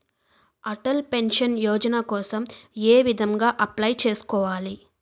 Atal pension Yojana కోసం ఏ విధంగా అప్లయ్ చేసుకోవాలి?